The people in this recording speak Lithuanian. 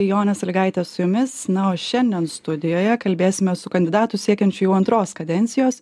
jonė sąlygaitė su jumis na o šiandien studijoje kalbėsimės su kandidatu siekiančiu jau antros kadencijos